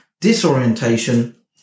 disorientation